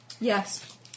yes